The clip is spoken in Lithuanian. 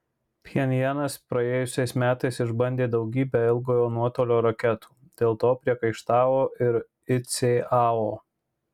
pchenjanas praėjusiais metais išbandė daugybę ilgojo nuotolio raketų dėl to priekaištavo ir icao